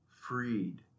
freed